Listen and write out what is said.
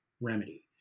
Remedy